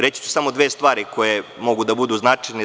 Reći ću samo dve stvari koje mogu da budu značajne.